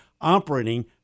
operating